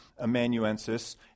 amanuensis